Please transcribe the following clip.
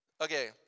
Okay